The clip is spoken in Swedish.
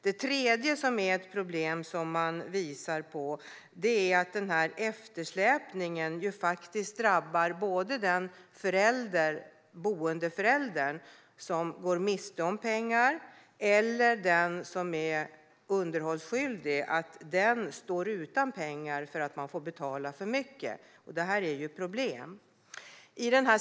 Det tredje problemet som man visar på är att denna eftersläpning faktiskt drabbar både boendeföräldern, som går miste om pengar, och den som är underhållsskyldig, som står utan pengar då man får betala för mycket. Detta är ett problem.